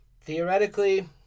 theoretically